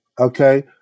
okay